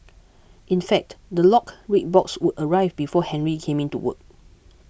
in fact the locked red box would arrive before Henry came in to work